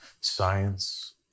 Science